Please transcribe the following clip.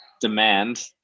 demand